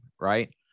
right